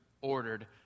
ordered